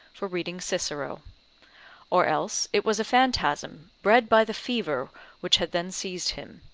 for reading cicero or else it was a phantasm bred by the fever which had then seized him.